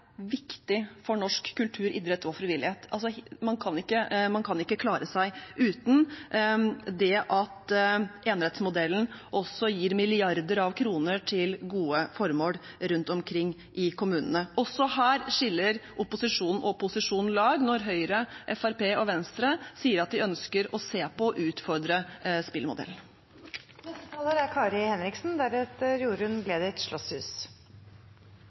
at enerettsmodellen også gir milliarder av kroner til gode formål rundt omkring i kommunene. Også her skiller opposisjonen og posisjonen lag når Høyre, Fremskrittspartiet og Venstre sier at de ønsker å se på og utfordre spillmodellen. Arbeiderpartiet er